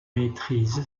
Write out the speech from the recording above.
maîtrise